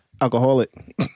Alcoholic